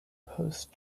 post